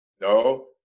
no